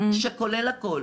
שכולל הכול,